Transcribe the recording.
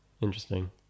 Interesting